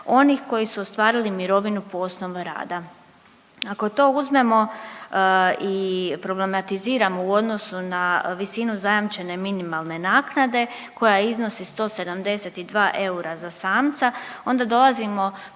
onih koji su ostvarili mirovinu po osnovi rada. Ako to uzmemo i problematiziramo u odnosu na visinu zajamčene minimalne naknade koja iznosi 172 eura za samca, onda dolazimo